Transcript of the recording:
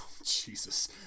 Jesus